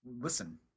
Listen